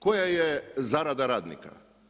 Koja je zarada radnika?